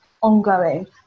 ongoing